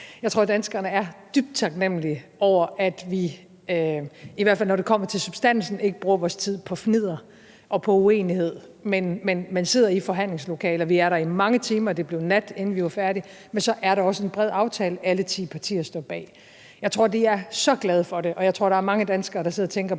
Jeg tror, danskerne er dybt taknemlige over, at vi, i hvert fald når det kommer til substansen, ikke bruger vores tid på fnidder og på uenighed, men sidder i forhandlingslokalet. Og vi er der i mange timer. Det blev nat, inden vi var færdige, men så var der også en bred aftale, alle partier står bag. Jeg tror, de er så glade for det, og jeg tror, der er mange danskere, der sidder og tænker: